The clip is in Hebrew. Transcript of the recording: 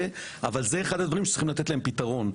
אבל אלו הדברים שצריכים לתת להם פתרונות,